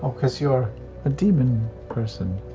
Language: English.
because you're a demon person.